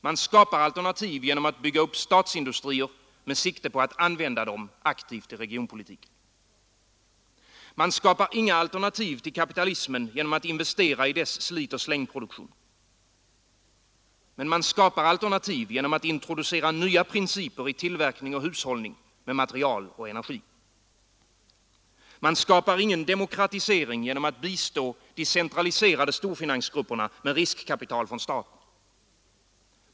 Man skapar alternativ genom att bygga upp statsindustrier, med sikte på att använda dem aktivt i regionpolitiken. Man skapar inga alternativ till kapitalismen genom att investera i dess slitoch slängproduktion. Man skapar alternativ genom att introducera nya principer i tillverkning och hushållning med material och energi. Man åstadkommer ingen demokratisering genom att bistå de centraliserade storfinansgrupperna med riskkapital från staten.